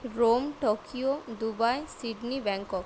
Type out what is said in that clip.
Rome Tokyo Dubai Sydney Bangkok